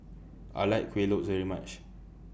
I like Kuih Lopes very much